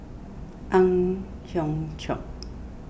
Ang Hiong Chiok